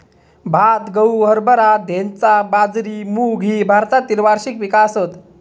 भात, गहू, हरभरा, धैंचा, बाजरी, मूग ही भारतातली वार्षिक पिका आसत